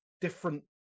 different